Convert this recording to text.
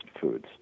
foods